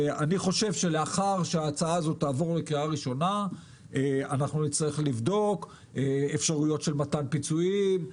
לאחר שההצעה תעבור לקריאה ראשונה נצטרך לבדוק אפשרויות של מתן פיצויים,